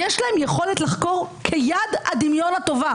יש להם יכולת לחקור כיד הדמיון הטובה